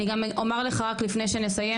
אני גם אומר לך רק לפני שנסיים,